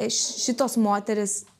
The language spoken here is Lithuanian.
šitos moterys